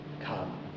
come